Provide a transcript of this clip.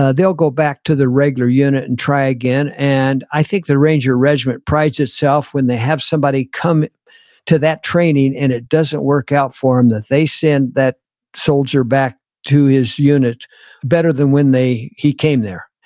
ah they'll go back to the regular unit and try again. and i think the ranger regiment prides itself when they have somebody come to that training and it doesn't work out for them, um that they send that soldier back to his unit better than when he came there.